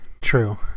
True